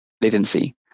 latency